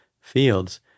fields